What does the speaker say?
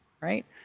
right